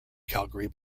calgary